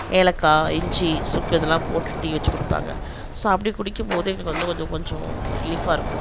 ஏலக்காய் இஞ்சி சுக்கு இதெல்லாம் போட்டு டீ வச்சி கொடுப்பாங்க ஸோ அப்படி குடிக்கும்போது எங்களுக்கு வந்து கொஞ்சம் ரிலீஃபாக இருக்கும்